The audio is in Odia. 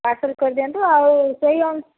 ପାର୍ସଲ୍ କରିଦିଅନ୍ତୁ ଆଉ ସେଇ ଅନ